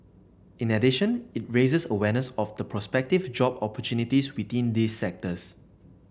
in addition it raises awareness of the prospective job opportunities within these sectors